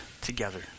together